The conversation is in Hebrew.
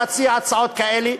להציע הצעות כאלה.